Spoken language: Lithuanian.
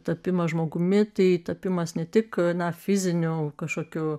tapimas žmogumi tai tapimas ne tik na fiziniu kažkokių